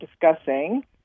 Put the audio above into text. discussing